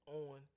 on